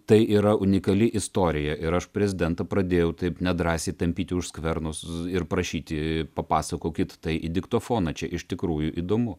tai yra unikali istorija ir aš prezidentą pradėjau taip nedrąsiai tampyti už skvernus ir prašyti papasakokit tai į diktofoną čia iš tikrųjų įdomu